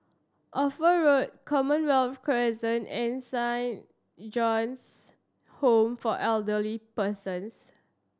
Ophir Road Commonwealth Crescent and Sign John's Home for Elderly Persons